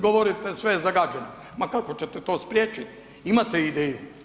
Govorite sve je zagađeno, ma kako ćete to spriječiti, imate li ideju?